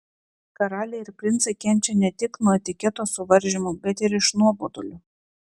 karaliai ir princai kenčia ne tik nuo etiketo suvaržymų bet ir iš nuobodulio